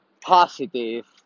positive